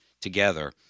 together